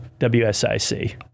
WSIC